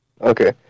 Okay